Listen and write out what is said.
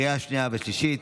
לקריאה השנייה והשלישית.